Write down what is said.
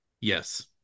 yes